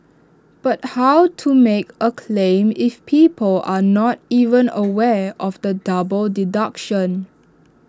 but how to make A claim if people are not even aware of the double deduction